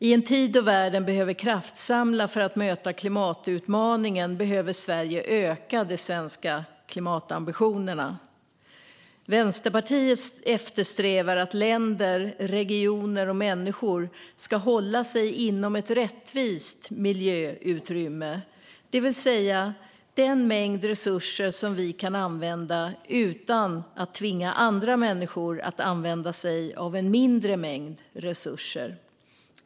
I en tid då världen behöver kraftsamla för att möta klimatutmaningen behöver Sverige öka de svenska klimatambitionerna. Vänsterpartiet eftersträvar att länder, regioner och människor ska hålla sig inom ett rättvist miljöutrymme, det vill säga den mängd resurser som vi kan använda utan att tvinga andra människor att använda sig av en mindre mängd resurser.